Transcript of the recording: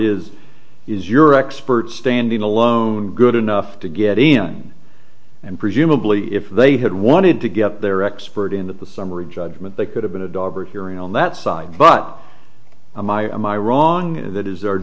is is your expert standing alone good enough to get in and presumably if they had wanted to get their expert in that the summary judgment they could have been a daughter hearing on that side but i'm i am i wrong that is